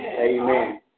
Amen